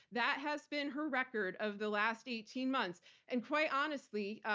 that has been her record of the last eighteen months and quite honestly,